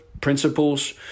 Principles